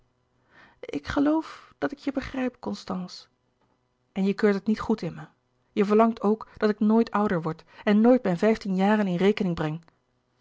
ik geloof dat ik je begrijp constance en je keurt het niet goed in me je verlangt ook dat ik nooit ouder word en nooit mijn vijftien jaren in rekening breng